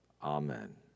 Amen